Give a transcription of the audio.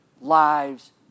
lives